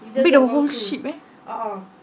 book the whole ship eh